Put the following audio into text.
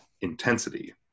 intensity